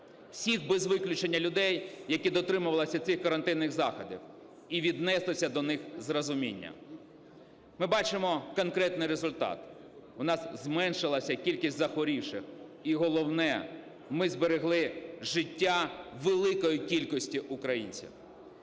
усіх без виключення людей, які дотримувалися цих карантинних заходів і віднеслися до них із розумінням. Ми бачимо конкретний результат: у нас зменшилась кількість захворівших, і головне – ми зберегли життя великої кількості українців.